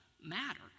matter